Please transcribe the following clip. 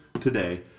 today